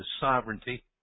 sovereignty